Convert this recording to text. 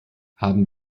haben